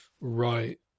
Right